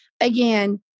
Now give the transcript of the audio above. Again